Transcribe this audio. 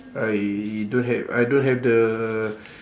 I don't have I don't have the